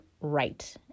right